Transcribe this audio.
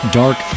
dark